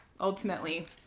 ultimately